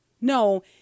No